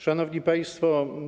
Szanowni Państwo!